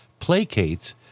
placates